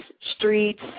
streets